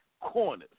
corners